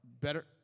better